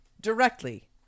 directly